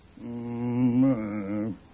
Mmm